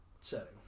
Setting